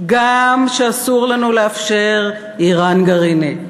גם שאסור לנו לאפשר איראן גרעינית.